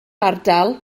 ardal